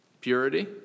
Purity